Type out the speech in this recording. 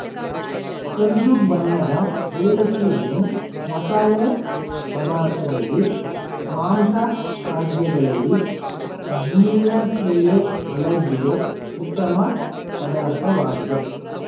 ಕಂದು ಬಣ್ಣದ ಏಲಕ್ಕಿಯನ್ನು ಮಸಾಲೆ ಪದಾರ್ಥದಲ್ಲಿ, ಮಾಂಸ ಖಾದ್ಯಗಳಲ್ಲಿ, ಜೀರ್ಣಕ್ರಿಯೆ ಅಲರ್ಜಿಗೆ ಉತ್ತಮ ಪದಾರ್ಥವಾಗಿದೆ